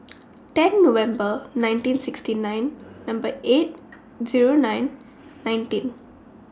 ten November nineteen sixty nine Number eight Zero nine nineteen